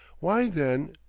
why, then?